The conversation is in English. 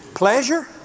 Pleasure